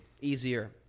Easier